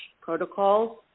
protocols